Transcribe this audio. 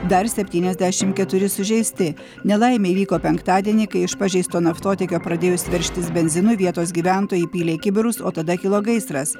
dar septyniasdešimt keturi sužeisti nelaimė įvyko penktadienį kai iš pažeisto naftotiekio pradėjus veržtis benzinui vietos gyventojai pylė į kibirus o tada kilo gaisras